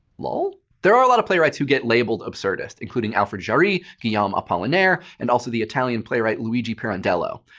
lol? there are a lot of playwrights who get labeled absurdist, including alfred jarry, guillaume apollinaire, and also the italian playwright luigi pirandello,